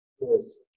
Yes